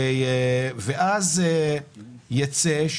עכשיו אנחנו מבינים